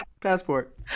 passport